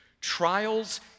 Trials